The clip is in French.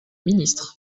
ministre